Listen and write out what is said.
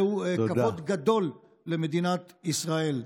זהו כבוד גדול למדינת ישראל.